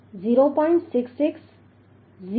66 0